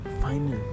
final